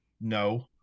no